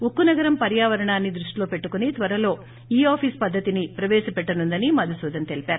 ఉక్కునగరం పర్యావరణాన్ని దృష్టిలో పెట్టుకుని త్వరలో ఈ ఆఫీస్ పద్దతిని ప్రపేశపెట్టనుందని మధుసూదన్ తెలిపారు